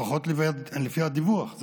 לפחות לפי הדיווח,